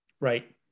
Right